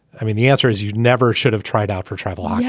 i mean, the answer is you never should have tried out for travel. um yeah